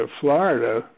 Florida